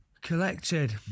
Collected